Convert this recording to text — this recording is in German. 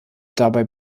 dabei